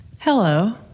Hello